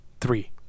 Three